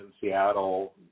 Seattle